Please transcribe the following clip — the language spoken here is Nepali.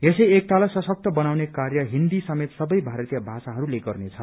यसै एकतालाई सशक्त बनाउने कार्य हिन्दी समेत सबै भारतीय भाषाहरूले गर्नेछ